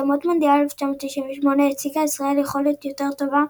במוקדמות מונדיאל 1998 הציגה ישראל יכולת יותר טובה,